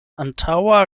antaŭa